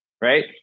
right